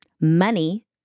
money